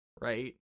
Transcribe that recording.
right